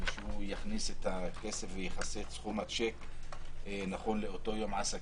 שהוא יכניס את הכסף ויכסה את סכום השיק נכון לאותו יום עסקים,